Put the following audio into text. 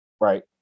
Right